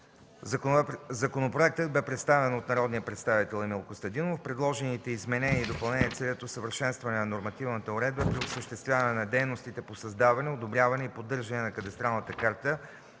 Законопроектът бе представен от народния представител Емил Костадинов. Предложените изменения и допълнения целят усъвършенстване на нормативната уредба при осъществяване на дейностите по създаване, одобряване и поддържане на кадастралната карта